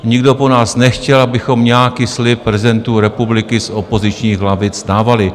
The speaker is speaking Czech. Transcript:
Nikdo po nás nechtěl, abychom nějaký slib prezidentu republiky z opozičních lavic dávali.